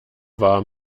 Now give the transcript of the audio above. warm